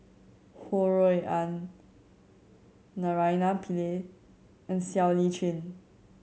Ho Rui An Naraina Pillai and Siow Lee Chin